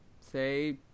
say